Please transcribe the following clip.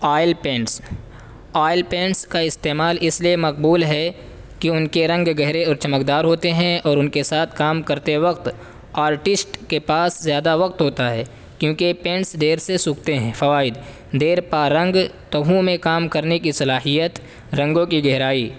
oil paints oil paints کا استعمال اس لیے مقبول ہے کہ ان کے رنگ گہرے اور چمکدار ہوتے ہیں اور ان کے ساتھ کام کرتے وقت آرٹسٹ کے پاس زیادہ وقت ہوتا ہے کیونکہ پینٹس دیر سے سوکھتے ہیں فوائد دیرپا رنگ تہوں میں کام کرنے کی صلاحیت رنگوں کی گہرائی